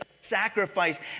sacrifice